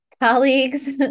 colleagues